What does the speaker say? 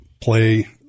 play